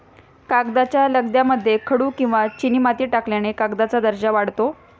कागदाच्या लगद्यामध्ये खडू किंवा चिनीमाती टाकल्याने कागदाचा दर्जा वाढतो